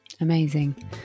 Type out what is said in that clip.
amazing